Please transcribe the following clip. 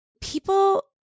people